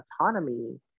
autonomy